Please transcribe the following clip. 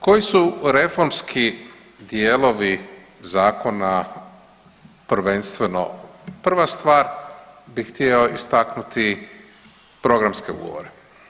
Koji su reformski dijelovi zakona prvenstveno prva stvar bih htio istaknuti programske ugovore.